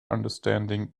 understanding